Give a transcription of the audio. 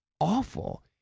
awful